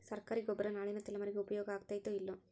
ಸರ್ಕಾರಿ ಗೊಬ್ಬರ ನಾಳಿನ ತಲೆಮಾರಿಗೆ ಉಪಯೋಗ ಆಗತೈತೋ, ಇಲ್ಲೋ?